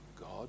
God